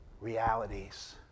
Realities